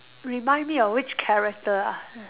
remind me of which character ah